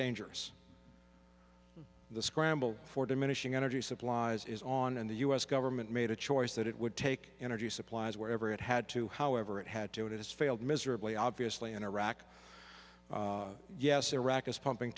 dangerous the scramble for diminishing energy supplies is on and the u s government made a choice that it would take energy supplies wherever it had to however it had to it has failed miserably obviously in iraq yes iraq is pumping